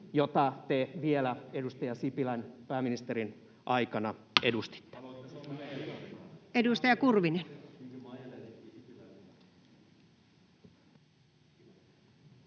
jota te vielä edustaja Sipilän pääministeriaikana edustitte?